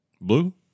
blue